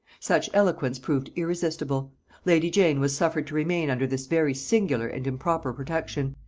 such eloquence proved irresistible lady jane was suffered to remain under this very singular and improper protection,